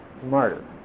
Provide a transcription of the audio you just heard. smarter